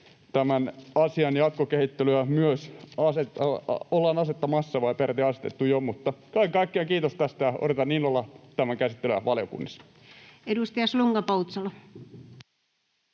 asian jatkokehittelyyn myös ollaan asettamassa, vai peräti asetettu jo. Mutta kaiken kaikkiaan kiitos tästä, ja odotan innolla tämän käsittelyä valiokunnissa. Edustaja Slunga-Poutsalo.